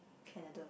Canada